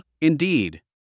indeed